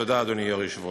תודה, אדוני היושב-ראש.